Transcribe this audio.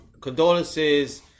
condolences